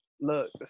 Look